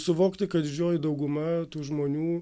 suvokti kad didžioji dauguma tų žmonių